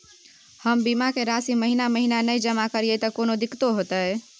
हम बीमा के राशि महीना महीना नय जमा करिए त कोनो दिक्कतों होतय?